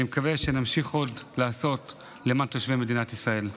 אני מקווה שנמשיך לעשות עוד למען תושבי מדינת ישראל.